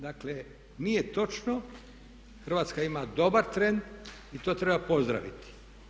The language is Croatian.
Dakle nije točno, Hrvatska ima dobar trend i to treba pozdraviti.